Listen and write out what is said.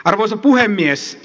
arvoisa puhemies